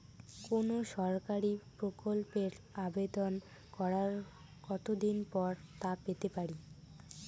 কোনো সরকারি প্রকল্পের আবেদন করার কত দিন পর তা পেতে পারি?